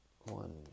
One